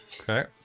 okay